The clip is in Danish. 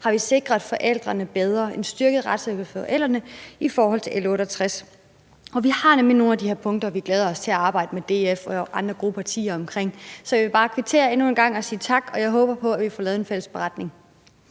har vi sikret forældrene en styrket retssikkerhed i forhold til L 68 B. For vi har nemlig nogle af de her punkter – og vi glæder os til at arbejde med DF og andre grupper og partier omkring det. Så jeg vil bare kvittere endnu en gang og sige tak – og jeg håber på, at vi får lavet en fælles beretning.